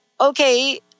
Okay